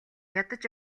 ядаж